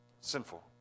sinful